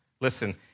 Listen